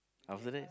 after that